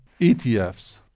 ETFs